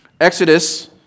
exodus